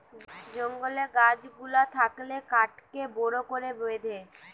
জঙ্গলের গাছ গুলা থাকলে কাঠকে বড় করে বেঁধে